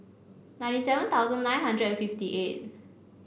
ninety seven thousand nine hundred and fifty eight